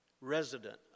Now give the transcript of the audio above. Resident